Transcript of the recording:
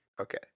Okay